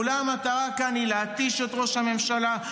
אולי המטרה כאן היא להתיש את ראש הממשלה?